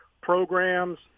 Programs